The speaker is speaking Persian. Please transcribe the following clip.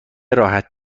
راحت